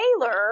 Taylor